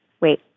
wait